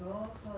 oh